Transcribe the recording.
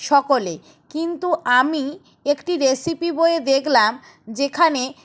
সকলে কিন্তু আমি একটি রেসিপি বইয়ে দেখলাম যেখানে